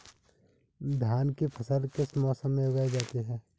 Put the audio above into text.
धान की फसल किस मौसम में उगाई जाती है?